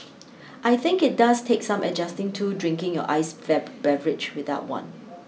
I think it does take some adjusting to drinking your iced beverage without one